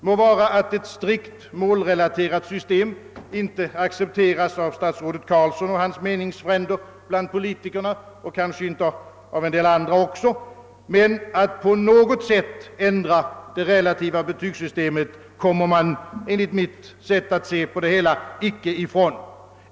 Må vara att ett strikt målrelaterat system inte accepteras av statsrådet Carlsson och hans meningsfränder bland politikerna och kanske inte heller av en del andra, men att på något sätt ändra det relativa betygssystemet kommer man enligt mitt sätt att se icke ifrån.